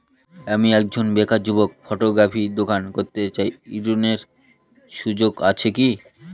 আমি একজন বেকার যুবক ফটোকপির দোকান করতে চাই ঋণের সুযোগ আছে কি?